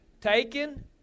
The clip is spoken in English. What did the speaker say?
taken